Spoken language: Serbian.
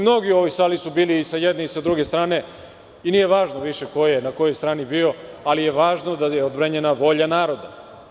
Mnogi u ovoj sali su bili i sa jedne i sa druge strane i nije važno više ko je na kojoj strani bio, ali je važno da je odbranjena volja naroda.